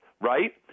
right